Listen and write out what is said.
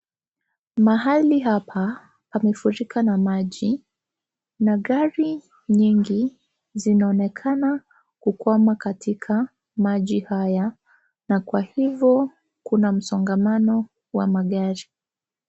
Mahali hapa, pamefurika na maji, na gari, nyingi, zinaonekana, kukwama katika, maji haya, na kwa hivo, kuna msongamano, wa magari.